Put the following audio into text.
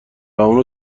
اونو